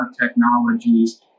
technologies